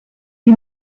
die